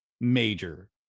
major